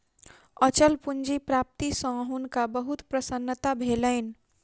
अचल पूंजी प्राप्ति सॅ हुनका बहुत प्रसन्नता भेलैन